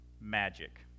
magic